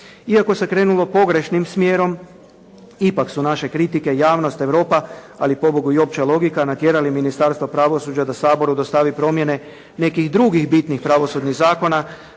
Iako se krenulo pogrešnim smjerom ipak su naše kritike, javnost, Europa ali pobogu i opća logika natjerali Ministarstvo pravosuđa da Saboru dostavi promjene nekih drugih bitnih pravosudnih zakona